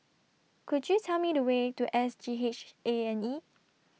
Could YOU Tell Me The Way to S G H A and E